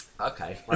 Okay